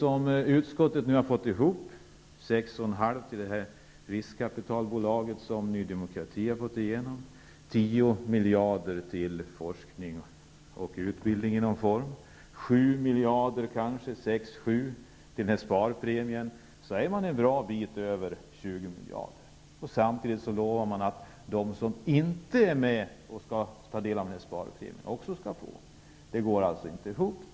Det som utskottet nu har fått ihop -- 6,5 miljarder till detta riskkapitalbolag som Ny demokrati har fått igenom, 10 miljarder till forskning och utbildning i någon form och 6--7 miljarder till denna sparpremie -- är en bra bit över 20 miljarder. Samtidigt lovar man att de som inte är med och skall ta del av denna sparpremie också skall få något. Men detta går alltså inte ihop.